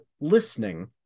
listening